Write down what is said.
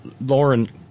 Lauren